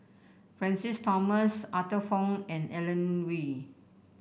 Francis Thomas Arthur Fong and Alan Oei